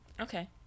okay